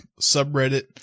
subreddit